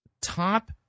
top